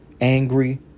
angry